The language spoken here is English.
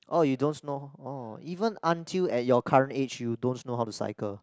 orh you don't know orh even until at your current age you don't know how to cycle